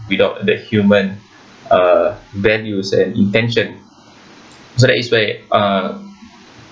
without the human uh values and intention so that is where uh